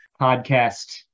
podcast